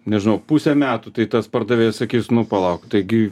nežinau pusę metų tai tas pardavėjas sakys nu palauk taigi